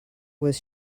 was